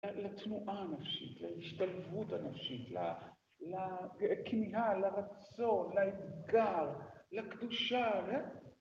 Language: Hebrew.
לתנועה הנפשית, להשתלבות הנפשית, לכמיהה, לרצון, לאתגר, לקדושה.